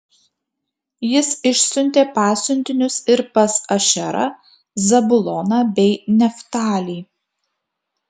jis išsiuntė pasiuntinius ir pas ašerą zabuloną bei neftalį